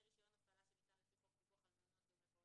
רישיון הפעלה שניתן לפי חוק פיקוח על מעונות יום לפעוטות,